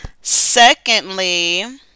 Secondly